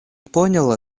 понял